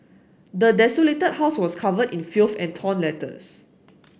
the desolated house was covered in filth and torn letters